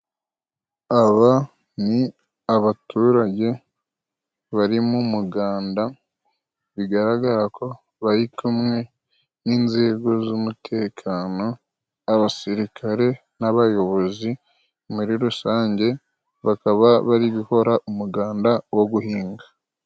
Aba ni abaturage bari mu muganda bigaragara ko bari kumwe n'inzego z'umutekano, abasirikare n'abayobozi muri rusange, bakaba bari gukora umuganda wo guhinga.